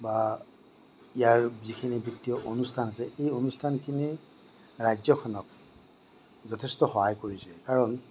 বা ইয়াৰ যিখিনি বিত্তীয় অনুষ্ঠান আছে এই অনুষ্ঠানখিনি ৰাজ্যখনক যথেষ্ট সহায় কৰিছে কাৰণ